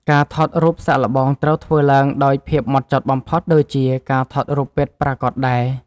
ការថតរូបសាកល្បងត្រូវធ្វើឡើងដោយភាពហ្មត់ចត់បំផុត ដូចជាការថតរូបពិតប្រាកដដែរ។